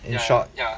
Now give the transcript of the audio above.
in short ya